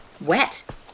wet